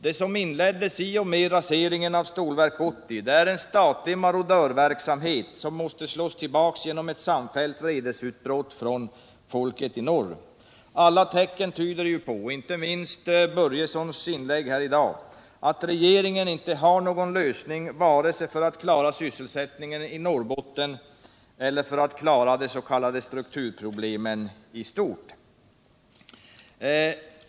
Det som inleddes i och med raseringen av Stålverk 80 är en statlig marodörverksamhet som måste slås tillbaka genom ett samfällt vredesutbrott från folket i norr. Alla tecken tyder på — inte minst Fritz Börjessons inlägg här i dag att regeringen inte har någon lösning vare sig för att klara sysselsättningen i Norrbotten eller för att klara de s.k. strukturproblemen i stort.